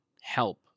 help